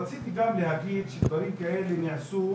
רציתי גם להגיד שדברים כאלה נעשו